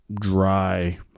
dry